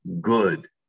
good